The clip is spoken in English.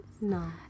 No